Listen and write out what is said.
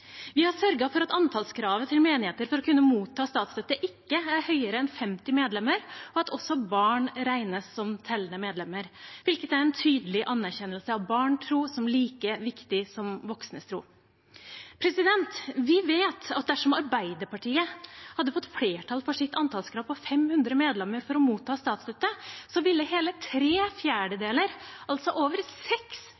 Vi har sørget for at antallskravet til menigheter for å kunne motta statsstøtte ikke er høyere enn 50 medlemmer, og at også barn regnes som tellende medlemmer, hvilket er en tydelig anerkjennelse av barns tro som like viktig som voksnes tro. Vi vet at dersom Arbeiderpartiet hadde fått flertall for sitt antallskrav på 500 medlemmer for å motta statsstøtte, ville hele tre